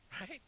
right